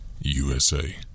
USA